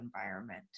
environment